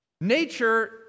Nature